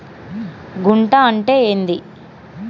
గుంట అంటే ఏంది?